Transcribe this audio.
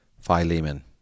Philemon